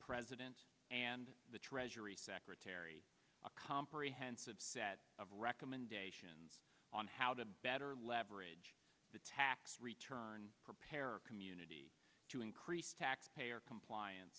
president and the treasury secretary a comprehensive set of recommendations on how to better leverage the tax return preparer community to increase taxpayer compliance